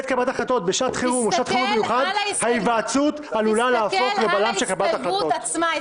תסתכל על ההסתייגות עצמה.